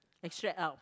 extract out